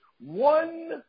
one